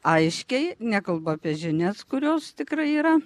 aiškiai nekalbu apie žinias kurios tikrai yra